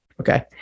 okay